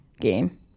game